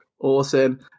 Awesome